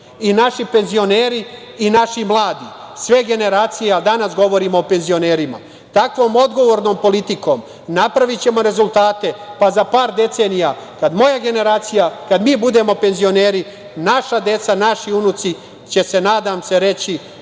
naši penzioneri i naši mladi, sve generacije, ali danas govorimo o penzionerima. Takvom odgovornom politikom napravićemo rezultate, pa za par decenija kad moja generacija, kad mi budemo penzioneri, naša deca, naši unuci će nadam se reći,